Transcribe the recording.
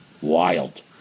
Wild